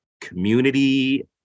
community